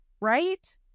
right